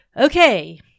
Okay